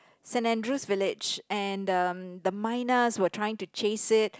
Saint-Andrew's village and um the mynas were trying to chase it